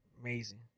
amazing